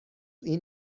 این